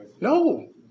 No